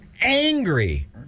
angry